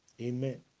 amen